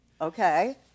okay